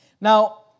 Now